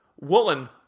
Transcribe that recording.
Woolen